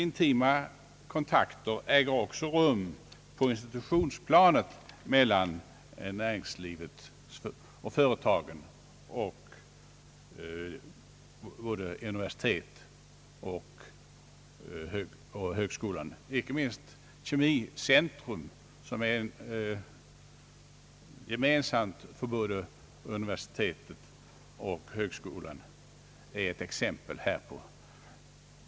Intima kontakter äger också rum på institutionsplanet mellan näringslivet, universitetet och högskolan. Inte minst Kemicentrum, som är gemensamt för både universitetet och högskolan, är ett exempel härpå. Herr talman!